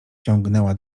ciągnęła